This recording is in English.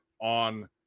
on